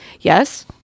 yes